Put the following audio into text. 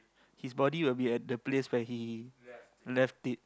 his body will be at the place where he left it